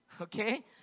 Okay